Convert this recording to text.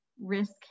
risk